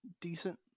decent